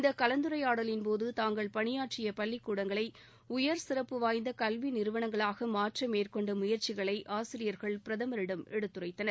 இந்த கலந்துரையாடலின்போது தாங்கள் பணியாற்றிய பள்ளிக்கூடங்களை உயர் சிறப்பு வாய்ந்த கல்வி நிறுவனங்களாக மாற்ற மேற்கொண்ட முயற்சிகளை ஆசிரியர்கள் பிரதமரிடம் எடுத்துரைத்தனர்